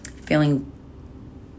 feeling